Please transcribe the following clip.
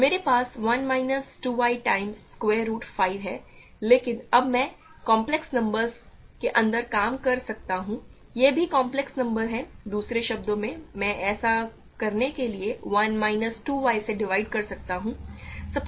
तो मेरे पास 1 minus 2 y times square root 5 है लेकिन अब मैं कॉम्प्लेक्स नंबरों के अंदर काम कर सकता हूं ये सभी कॉम्प्लेक्स नंबर हैं दूसरे शब्दों में मैं ऐसा करने के लिए 1 माइनस 2 y से डिवाइड कर सकता हूं